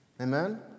Amen